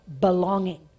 belonging